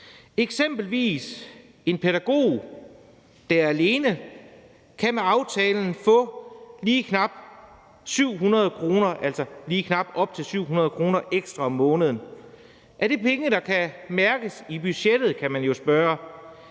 Eksempelvis kan en pædagog, der er alene, med aftalen få lige op til 700 kr. ekstra om måneden. Er det penge, der kan mærkes i budgettet? kan man jo spørge.